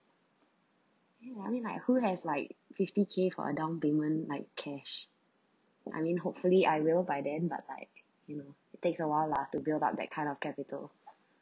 yeah I mean like who has like fifty K_ for a down payment like cash I mean hopefully I will by then but like you know it takes a while lah to build up that kind of capital